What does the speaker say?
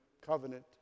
covenant